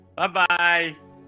Bye-bye